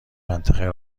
منطقه